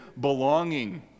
belonging